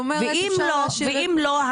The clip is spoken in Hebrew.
ואם לא,